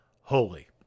holy